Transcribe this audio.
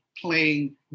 playing